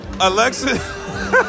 Alexis